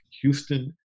Houston